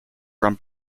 from